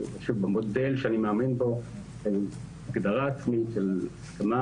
במודל שאני מאמין בו של הגדרה עצמית והסכמה